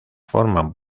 forman